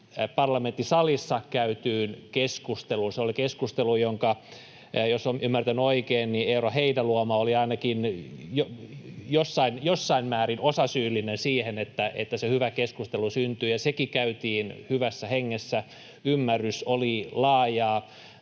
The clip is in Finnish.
parlamenttisalissa käytyyn keskusteluun. Jos olen ymmärtänyt oikein, Eero Heinäluoma oli ainakin jossain määrin osasyyllinen siihen, että se hyvä keskustelu syntyi, ja sekin käytiin hyvässä hengessä. Ymmärrys oli laajaa.